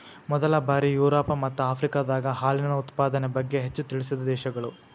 ಮೊದಲ ಬಾರಿ ಯುರೋಪ ಮತ್ತ ಆಫ್ರಿಕಾದಾಗ ಹಾಲಿನ ಉತ್ಪಾದನೆ ಬಗ್ಗೆ ಹೆಚ್ಚ ತಿಳಿಸಿದ ದೇಶಗಳು